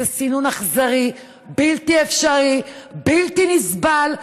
זה סינון אכזרי, בלתי אפשרי, בלתי נסבל,